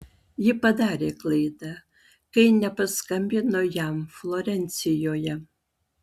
ji padarė klaidą kai nepaskambino jam florencijoje